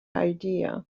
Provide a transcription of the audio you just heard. idea